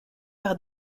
par